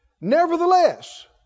Nevertheless